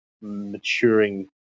maturing